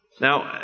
Now